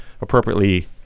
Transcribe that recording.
appropriately